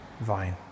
vine